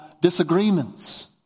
disagreements